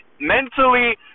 mentally